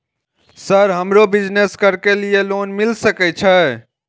Sir हमरो business करके ली ये लोन मिल सके छे?